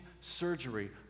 surgery